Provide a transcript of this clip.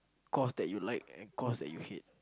course that you like and course that you hate